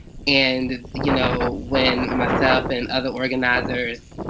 and you know when myself and other organizers,